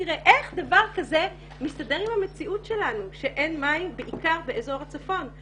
איך דבר כזה מסתדר עם המציאות שלנו שאין מים בעיקר באזור הצפון?